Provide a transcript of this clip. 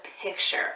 picture